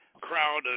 crowd